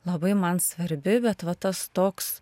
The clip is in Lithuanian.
labai man svarbi bet va tas toks